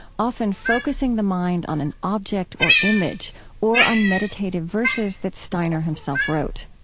often focusing the mind on an object or image or on meditative verses that steiner himself wrote.